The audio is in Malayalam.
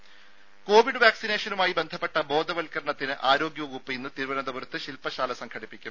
ദേദ കോവിഡ് വാക്സിനേഷനുമായി ബന്ധപ്പെട്ട ബോധവത്കരണത്തിന് ആരോഗ്യവകുപ്പ് ഇന്ന് തിരുവനന്തപുരത്ത് ശില്പശാല സംഘടിപ്പിക്കും